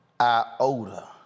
iota